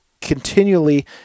continually